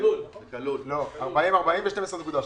40,40, ו-12.6.